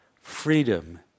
freedom